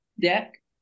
deck